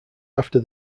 after